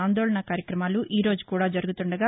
ఆందోళనా కార్యక్రమాలు ఈ రోజు కూడా జరుగుతుండగా